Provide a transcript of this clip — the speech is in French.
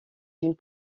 d’une